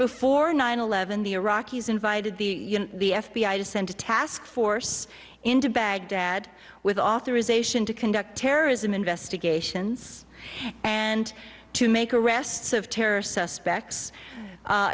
before nine eleven the iraqis invited the the f b i to send a task force into baghdad with authorization to conduct terrorism investigations and to make arrests of terror suspects